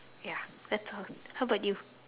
ya that's all how about you